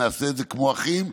נעשה את זה כמו אחים,